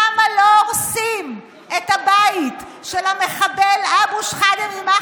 ואני מבקשת שתשאלו יחד איתי: למה לא הורסים את הבית של המחבל אבו שחידם,